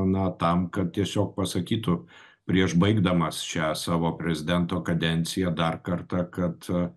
na tam kad tiesiog pasakytų prieš baigdamas šią savo prezidento kadenciją dar kartą kad